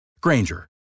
Granger